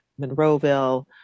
Monroeville